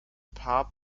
paar